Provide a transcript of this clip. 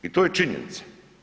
I to je činjenica.